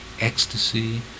ecstasy